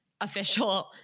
official